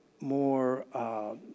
more